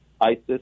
ISIS